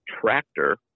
tractor